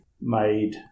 made